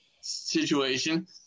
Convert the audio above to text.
situation